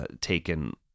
taken